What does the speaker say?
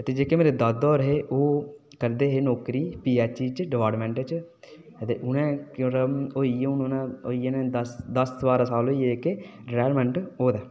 ते जेह्के मेरे दादा होर हे ओह् करदे हे नौकरी पीए च ते हुनै हुन होई गे न मतलव होई गे होने दस्स बाह्रा साल रिटार्यमैंट होए दे